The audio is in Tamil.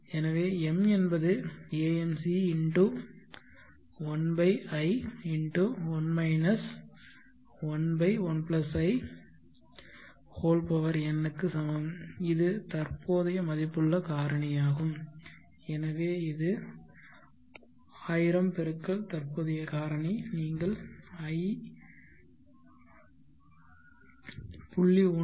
எனவே M என்பதுAMC×1i1 11 in க்கு சமம் இது தற்போதைய மதிப்புள்ள காரணியாகும் எனவே இது 1000 x தற்போதைய காரணி நீங்கள் i 0